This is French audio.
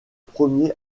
premier